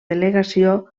delegació